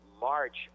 March